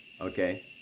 Okay